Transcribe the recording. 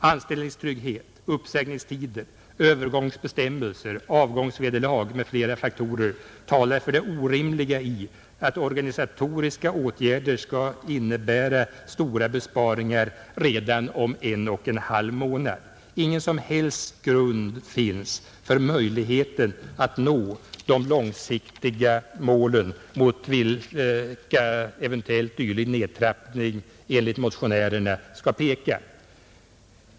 Anställningstrygghet, uppsägningstider, övergångsbestämmelser, avgångsvederlag m.fl. faktorer talar för det orimliga i att organisatoriska åtgärder skall innebära stora besparingar redan om en och en halv månad. Ingen som helst grund finns för möjligheten att nå de långsiktiga mål mot vilka eventuellt dylik nedtrappning enligt motionärerna skall peka.